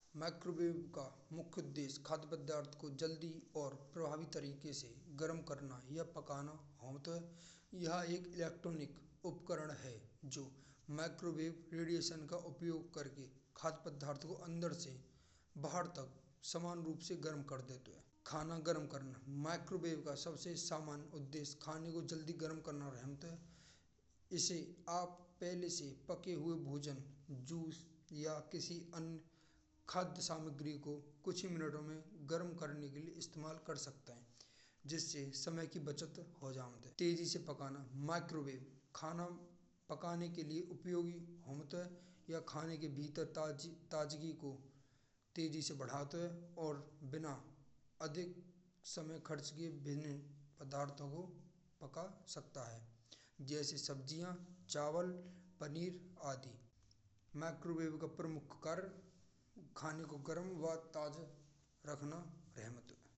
माइक्रोवेव का मुख्य उद्देश्य भोजन पदार्थ को जल्दी और प्रभावी तरीके से गरम करके पकाना होतौ है। यह एक इलेक्ट्रोनिक उपकरण है। जो माइक्रोवेव रेडिएशन का उपयोग करके खाद्य पदार्थ को अंदर से बाहर तक समान रूप से गरम कर देते हैं। खाना गरम कराना रहमत है। माइक्रोवेव का सबसे समान उद्देश्य खाने को जल्दी गरम कराना रहमत है। इसे आप पहले से पकाये हुए भोजन, जूस या किसी अन्य खाद्य सामग्री को कुछ मिनटों में गरम करने के लिए तैयार कर सकते हैं। जिससे समय की बचत हो जाएँ, तेजी से पकाना माइक्रोवेव खाना पकाने के लिए उपयोग होता। या खाने के भीतर ताजी ताजी को तेजी से बढ़ाना और बिना अधिक समय खर्च किये बने पदार्थों को पका सकता है। जैसे सब्जी, चावल, पनीर आदि, माइक्रोवेव का प्रमुख कारण। खाने को गरम व ताजा रखना रहमत है।